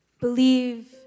Believe